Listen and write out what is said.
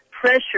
pressure